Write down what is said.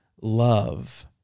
Love